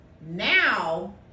now